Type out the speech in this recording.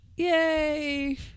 Yay